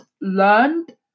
learned